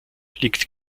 liegt